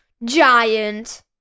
Giant